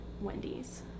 wendy's